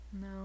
No